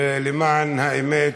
ולמען האמת,